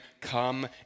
come